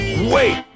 Wait